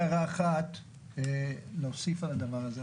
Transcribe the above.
הערה אחת להוסיף על הדבר הזה,